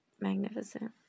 magnificent